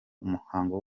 umuhango